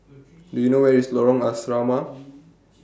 Do YOU know Where IS Lorong Asrama